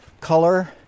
color